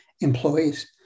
employees